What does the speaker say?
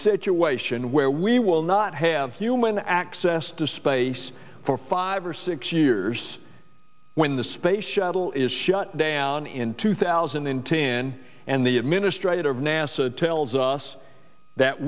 situation where we will not have human access to space for five or six years when the space shuttle is shut down in two thousand and ten and the administrator of nasa tells us that